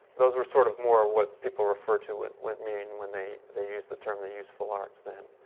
those were sort of more what people referred to when i mean when they they used the term the useful arts then.